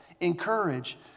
encourage